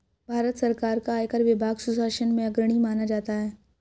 भारत सरकार का आयकर विभाग सुशासन में अग्रणी माना जाता है